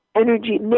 Energy